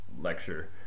lecture